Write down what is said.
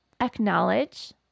acknowledge